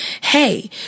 Hey